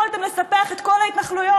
יכולתם לספח את כל ההתנחלויות.